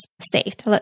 saved